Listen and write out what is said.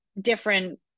different